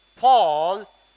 Paul